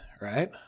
right